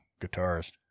guitarist